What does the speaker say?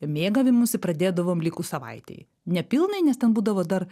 mėgavimusi pradėdavom likus savaitei nepilnai nes ten būdavo dar